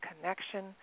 connection